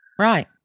Right